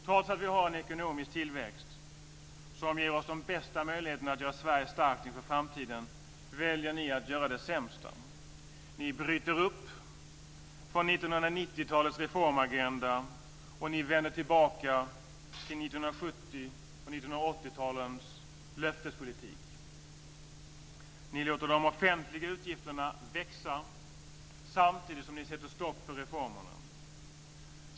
Trots att vi har en ekonomisk tillväxt som ger oss de bästa möjligheterna att göra Sverige starkt inför framtiden väljer ni att göra det sämsta. Ni bryter upp från 1990-talets reformagenda, och ni vänder tillbaka till 1970 och 1980-talens löftespolitik. Ni låter de offentliga utgifterna växa samtidigt som ni sätter stopp för reformerna.